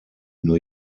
new